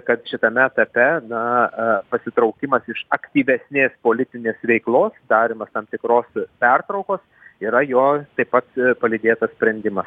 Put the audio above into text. kad šitame etape na pasitraukimas iš aktyvesnės politinės veiklos darymas tam tikros pertraukos yra jo taip pat palydėtas sprendimas